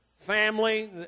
family